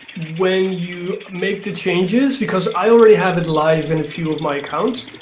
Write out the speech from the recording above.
when you make the changes, because i already have it live in a few of my accounts.